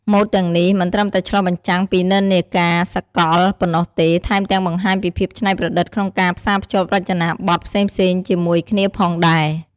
ម៉ូដទាំងនេះមិនត្រឹមតែឆ្លុះបញ្ចាំងពីនិន្នាការសកលប៉ុណ្ណោះទេ ថែមទាំងបង្ហាញពីភាពច្នៃប្រឌិតក្នុងការផ្សារភ្ជាប់រចនាបទផ្សេងៗជាមួយគ្នាផងដែរ។